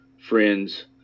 friends